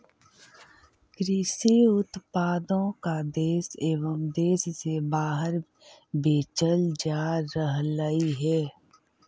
कृषि उत्पादों को देश एवं देश से बाहर बेचल जा रहलइ हे